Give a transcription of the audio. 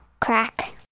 Crack